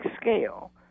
scale